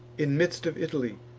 in midst of italy,